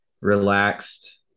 relaxed